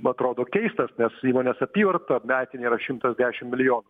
atrodo keistas nes įmonės apyvarta metinė yra šimtas dešim milijonų